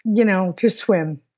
you know to swim.